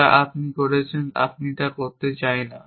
যা আপনি করছেন আমরা তা করতে চাই না